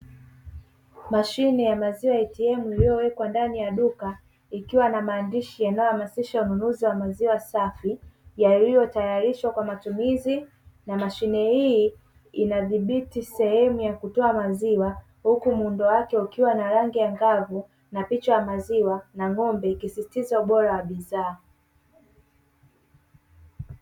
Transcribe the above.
Mashine ya maziwa ATM iliyowekewa ndani ya duka ikiwa na maandishi yanayohamasisha ununuzi wa maziwa safi, yaliyotayarishwa kwa matumizi na mashine hii inadhibiti sehemu ya kutoa maziwa huku muundo wake ukiwa na rangi angavu na picha ya maziwa na ng'ombe ikisisitiza ubora wa bidhaa.